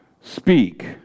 speak